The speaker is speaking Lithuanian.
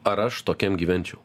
ar aš tokiam gyvenčiau